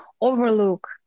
overlook